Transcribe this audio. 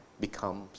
becomes